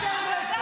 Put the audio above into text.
תצרח.